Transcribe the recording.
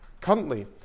Currently